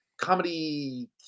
comedy